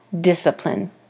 discipline